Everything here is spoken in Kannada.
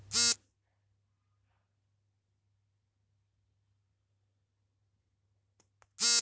ರೈತರು ಇರೋಕಡೆ ನಡೆಯೋ ಚಟುವಟಿಕೆ ಇದು ಮುಖ್ಯವಾಗಿ ವೈಜ್ಞಾನಿಕ ಪದ್ಧತಿ ಕಡೆ ರೈತ ವರ್ಗದ ಲಕ್ಷ್ಯ ಇರುತ್ತೆ